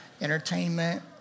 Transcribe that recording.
entertainment